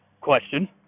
Question